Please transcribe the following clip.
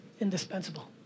indispensable